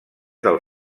del